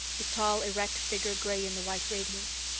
his tall, erect figure grey in the white radiance.